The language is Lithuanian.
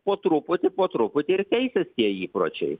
po truputį po truputį ir keisis tie įpročiai